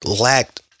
lacked